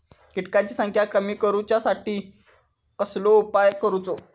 किटकांची संख्या कमी करुच्यासाठी कसलो उपाय करूचो?